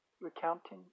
recounting